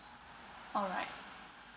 alright